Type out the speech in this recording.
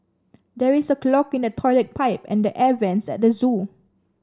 there is a clog in the toilet pipe and the air vents at the zoo